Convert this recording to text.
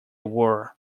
were